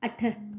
अठ